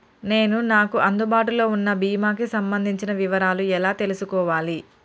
నేను నాకు అందుబాటులో ఉన్న బీమా కి సంబంధించిన వివరాలు ఎలా తెలుసుకోవాలి?